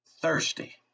thirsty